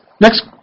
Next